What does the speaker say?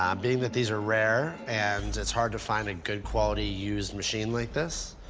um being that these are rare, and it's hard to find a good quality used machine like this,